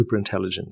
Superintelligence